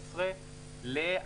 אבל